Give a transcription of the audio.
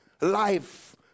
life